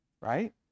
right